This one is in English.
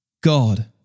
God